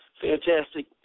fantastic